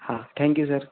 હા thank you sir